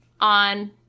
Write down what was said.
on